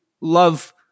love